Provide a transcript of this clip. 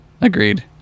agreed